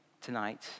tonight